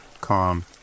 calm